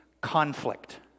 conflict